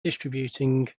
distributing